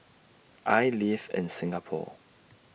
I live in Singapore